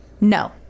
No